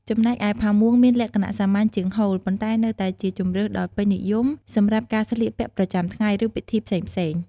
ចំណែកឯ ផាមួងមានលក្ខណៈសាមញ្ញជាងហូល ប៉ុន្តែនៅតែជាជម្រើសដ៏ពេញនិយមសម្រាប់ការស្លៀកពាក់ប្រចាំថ្ងៃ ឬពិធីផ្សេងៗ។